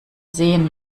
sehen